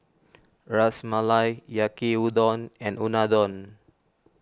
Ras Malai Yaki Udon and Unadon